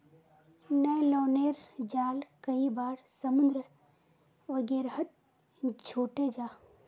न्य्लोनेर जाल कई बार समुद्र वगैरहत छूटे जाह